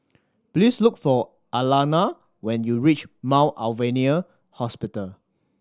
please look for Alana when you reach Mount Alvernia Hospital